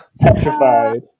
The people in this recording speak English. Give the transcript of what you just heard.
Petrified